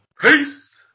Peace